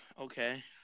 Okay